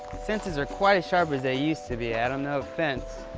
senses are quite as sharp as they used to be, adam, no offense.